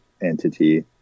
entity